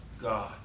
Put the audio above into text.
God